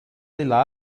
della